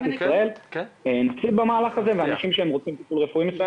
ישראל נמצאים במהלך הזה ואנשים שרוצים טיפול רפואי מסוים